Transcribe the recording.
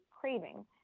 craving